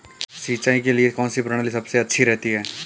सिंचाई के लिए कौनसी प्रणाली सबसे अच्छी रहती है?